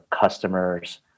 customers